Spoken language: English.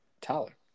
Tyler